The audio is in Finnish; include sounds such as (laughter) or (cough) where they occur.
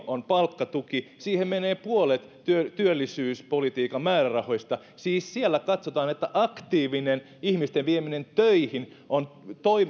(unintelligible) on palkkatuki siihen menee puolet työllisyyspolitiikan määrärahoista siis siellä katsotaan että aktiivinen ihmisten vieminen töihin on